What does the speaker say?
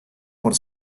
por